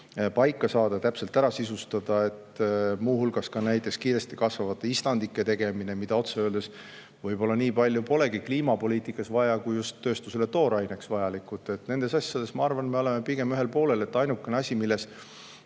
paika saada, see täpselt ära sisustada, samuti näiteks kiiresti kasvavate istandike tegemine, mida otse öeldes võib-olla nii palju polegi kliimapoliitikas vaja, kuivõrd see on just tööstusele tooraineks vajalik. Nendes asjades, ma arvan, me oleme pigem ühel poolel. Ainuke asi, milles